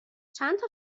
چندتا